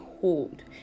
hold